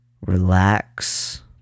relax